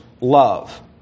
love